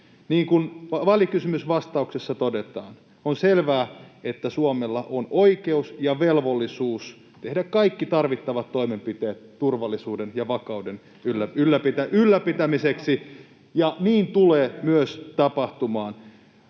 Niin kuin välikysymysvastauksessa todetaan, on selvää, että Suomella on oikeus ja velvollisuus tehdä kaikki tarvittavat toimenpiteet turvallisuuden ja vakauden ylläpitämiseksi, [Ben Zyskowicz: